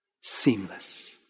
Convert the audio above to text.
Seamless